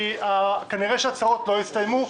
כי כנראה שהצרות לא הסתיימו,